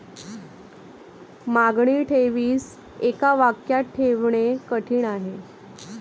मागणी ठेवीस एका वाक्यात ठेवणे कठीण आहे